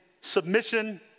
submission